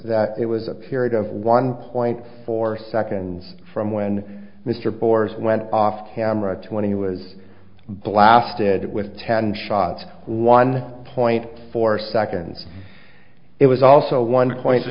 that it was a period of one point four seconds from when mr boars went off camera to when he was blasted with ten shots one point four seconds it was also one point